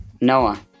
Noah